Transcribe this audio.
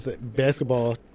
basketball